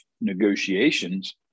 negotiations